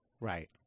Right